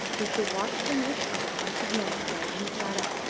with the watchfulness of a hunted man dain sat up,